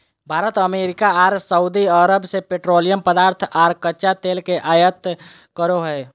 Bharat America आर Saudi Arab से petroleum पदार्थ आर कच्चा तेल के आयत करो हय